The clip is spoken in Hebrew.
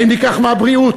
האם ניקח מהבריאות?